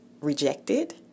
rejected